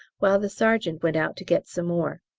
while the sergeant went out to get some more.